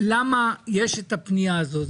למה יש את הפנייה הזאת,